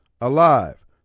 alive